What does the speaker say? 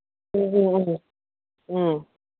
ꯎꯝ